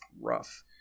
rough